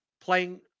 playing